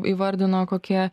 įvardino kokie